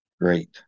great